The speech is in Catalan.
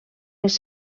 les